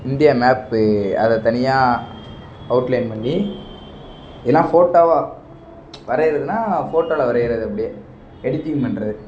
India map அதைத் தனியாக outline பண்ணி ஏன்னால் ஃபோட்டோவாக வரையுறதுன்னா ஃபோட்டோவில் வரையறது அப்படியே எடிட்டிங் பண்ணுறது